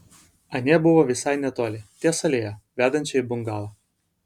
anie buvo visai netoli ties alėja vedančia į bungalą